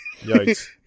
Yikes